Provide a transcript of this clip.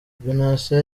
benatia